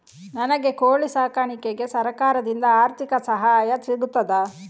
ನನಗೆ ಕೋಳಿ ಸಾಕಾಣಿಕೆಗೆ ಸರಕಾರದಿಂದ ಆರ್ಥಿಕ ಸಹಾಯ ಸಿಗುತ್ತದಾ?